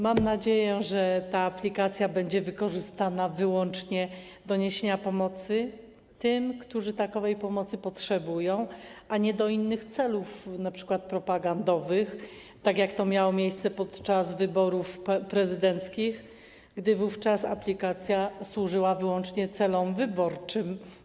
Mam nadzieję, że ta aplikacja będzie wykorzystana wyłącznie do niesienia pomocy tym, którzy takiej pomocy potrzebują, a nie do innych celów, np. propagandowych, tak jak to miało miejsce podczas wyborów prezydenckich, kiedy to aplikacja służyła wyłącznie celom wyborczym.